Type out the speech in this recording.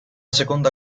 seconda